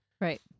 Right